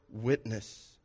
witness